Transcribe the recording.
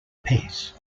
piece